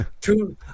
Two